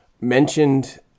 mentioned